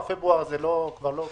ינואר-פברואר זה כבר לא רלוונטי.